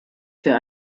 für